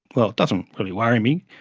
well, it doesn't really worry me.